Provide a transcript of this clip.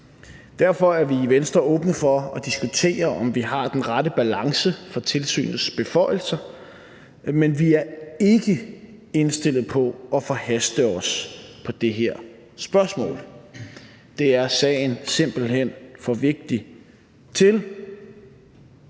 Derfor er vi i Venstre åbne for at diskutere, om vi har den rette balance for tilsynets beføjelser, men vi er ikke indstillet på at forhaste os i det her spørgsmål. Det er sagen simpelt hen for vigtig til.